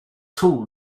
tall